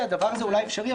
הדבר הזה אולי אפשרי,